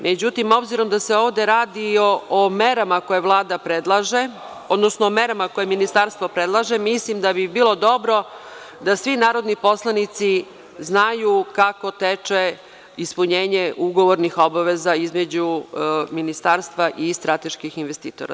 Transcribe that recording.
Međutim, obzirom da se ovde radi o merama koje Vlada predlaže, odnosno o merama koje ministarstvo predlaže, mislim da bi bilo dobro da svi narodni poslanici znaju kako teče ispunjenje ugovornih obaveza između ministarstva i strateških investitora.